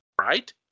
right